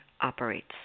operates